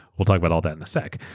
we'll talk about all that in a sec.